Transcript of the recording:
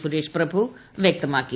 സുരേഷ് പ്രഭു വ്യക്തമാക്കി